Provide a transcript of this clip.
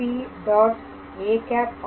â ஆகும்